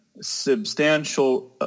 substantial